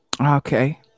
Okay